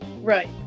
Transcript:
Right